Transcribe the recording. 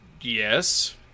yes